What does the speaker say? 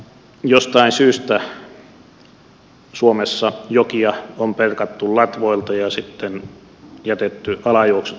jostain syystä suomessa jokia on perattu latvoilta ja sitten jätetty alajuoksut perkaamatta